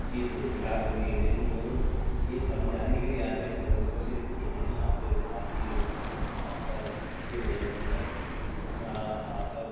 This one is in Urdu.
چیز کے خلاف ہوتی ہے لیکن وہ لوگ یہ سمجھانے کے لئے آتے ہیں چینلس پر کہ یہ نہیں آپ کے آپ کی اس میں آپ کا کچھ غلط نہیں ہے اس میں آپ اب